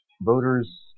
Voters